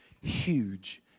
huge